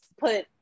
put